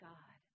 God